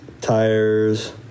tires